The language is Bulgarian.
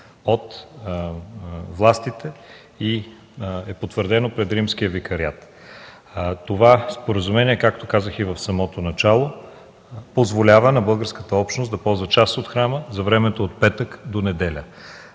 от властите, и е потвърдено пред Римския викарият. Това споразумение, както казах и в самото начало, позволява на българската общност да ползва част от храма за времето от петък до неделя.